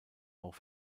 auch